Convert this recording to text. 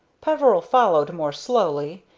peveril followed more slowly,